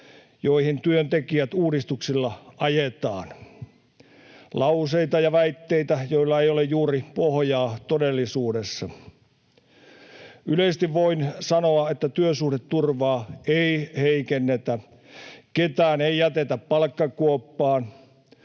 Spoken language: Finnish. joihin työntekijät uudistuksilla ajetaan, lauseita ja väitteitä, joilla ei ole juuri pohjaa todellisuudessa. Yleisesti voin sanoa, että työsuhdeturvaa ei heikennetä, ketään ei jätetä palkkakuoppaan